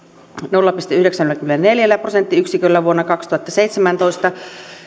nolla pilkku yhdeksälläkymmenelläneljällä prosenttiyksiköllä vuonna kaksituhattaseitsemäntoista